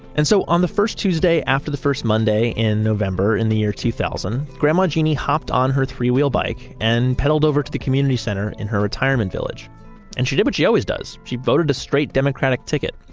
and so on the first tuesday after the first monday in november, in the year two thousand, grandma jeanie hopped on her three-wheel bike and pedaled over to the community center in her retirement village and she did what she always does. she voted a straight democratic ticket.